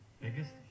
Biggest